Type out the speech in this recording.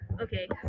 okay